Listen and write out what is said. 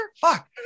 Fuck